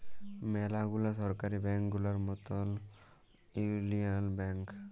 ম্যালা গুলা সরকারি ব্যাংক গুলার মতল ইউলিয়াল ব্যাংক